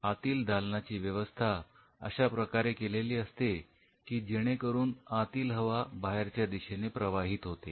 आतील दालनाची व्यवस्था अशा प्रकारे केलेली असते की जेणेकरून आतील हवा बाहेरच्या दिशेने प्रवाहित होते